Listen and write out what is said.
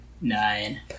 Nine